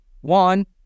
One